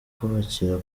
kubakira